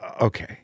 Okay